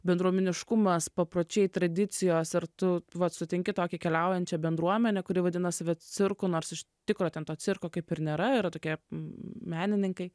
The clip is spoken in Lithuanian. bendruomeniškumas papročiai tradicijos ir tu vat sutinki tokią keliaujančią bendruomenę kuri vadina save cirkų nors iš tikro ten cirko kaip ir nėrayra tokie menininkai